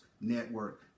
Network